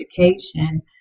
education